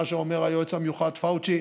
מה שאומר היועץ המיוחד פאוצ'י,